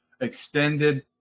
extended